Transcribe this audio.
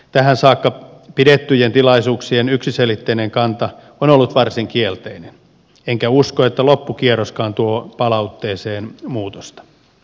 tähän saakka pidettyjen tilaisuuksien yksiselitteinen kanta on ollut varsin kielteinen enkä usko että loppukierroskaan tuo palautteeseen muutosta